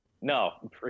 no